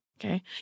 Okay